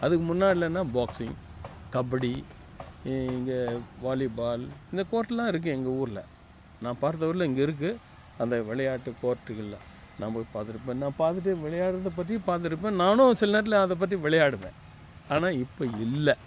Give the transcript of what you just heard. அதுக்கு முன்னாடிலனா பாக்ஸிங் கபடி இங்கே வாலிபால் இந்த கோர்ட்லாம் இருக்கே எங்கள் ஊரில் நான் பார்த்தவரையிலும் இங்கே இருக்குது அந்த விளையாட்டு கோர்ட்டுகள்ல நான் போய் பார்த்திருப்பேன் நான் பார்த்துட்டே விளையாட்றதை பற்றியும் பார்த்துட்டுருப்பேன் நானும் சில நேரத்தில் அதை பார்த்து விளையாடுவேன் ஆனால் இப்போ இல்லை